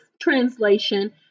translation